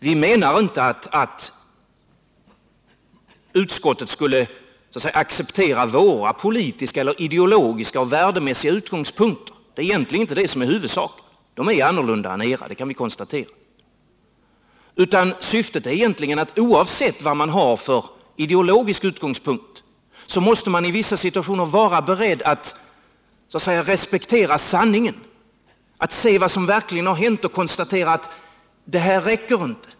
Vi menar inte att utskottet skulle acceptera våra politiska eller ideologiska och värdemässiga utgångspunkter. Det är inte det som är det väsentliga — de är annorlunda än era, det kan vi konstatera. Oavsett vilken ideologisk utgångspunkt man har måste man enligt vår mening i vissa situationer vara beredd att respektera sanningen, att se vad som verkligen har hänt. Man måste då konstatera: Det här räcker inte.